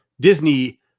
Disney